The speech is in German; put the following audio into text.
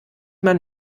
man